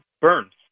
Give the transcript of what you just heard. Burns